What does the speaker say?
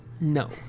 no